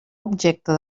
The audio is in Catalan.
objecte